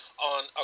On